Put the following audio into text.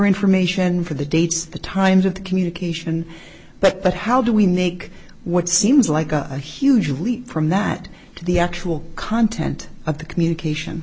information for the dates the times of the communication but but how do we make what seems like a huge leap from that to the actual content of the communication